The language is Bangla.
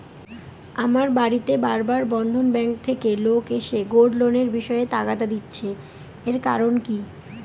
আমার বাড়িতে বার বার বন্ধন ব্যাংক থেকে লোক এসে গোল্ড লোনের বিষয়ে তাগাদা দিচ্ছে এর কারণ কি?